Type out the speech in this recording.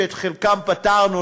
שאת חלקם פתרנו,